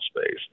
space